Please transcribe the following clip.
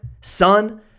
son